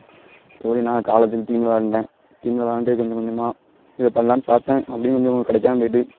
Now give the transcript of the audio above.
மற்றபடி நான் காலேஜ் டீமில் இருந்தேன் டீம் விளாண்டு கொஞ்சம் கொஞ்சமாக இதை பண்ணலான்னு பார்த்தேன் அப்படியும் கொஞ்சம் கிடைக்காம போய்விட்டு